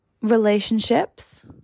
Relationships